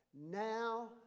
Now